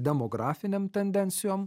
demografinėm tendencijom